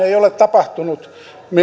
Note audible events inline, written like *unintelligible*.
*unintelligible* ei ole tapahtunut